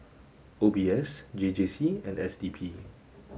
O B S J J C and S D P